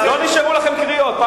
לא נשארו לכם עוד קריאות.